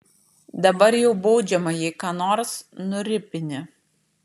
dabar jau baudžiama jei ką nors nuripini